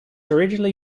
originally